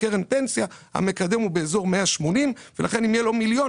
בקרן פנסיה המקדם הוא באזור 180 ולכן אם יהיה לו מיליון,